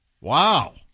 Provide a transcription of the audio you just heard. wow